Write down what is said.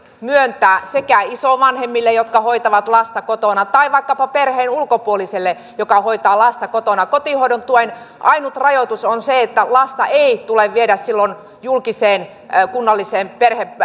myöntää sekä isovanhemmille jotka hoitavat lasta kotona tai vaikkapa perheen ulkopuoliselle joka hoitaa lasta kotona kotihoidon tuen ainut rajoitus on se että lasta ei tule viedä silloin julkiseen kunnalliseen